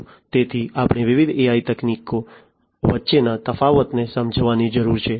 તેથી આપણે વિવિધ AI તકનીકો વચ્ચેના તફાવતને સમજવાની જરૂર છે